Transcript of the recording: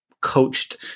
coached